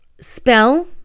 spell